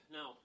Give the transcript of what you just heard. Now